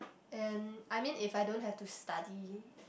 and I mean if I don't have to study